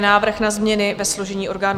Návrh na změny ve složení orgánů